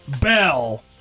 bell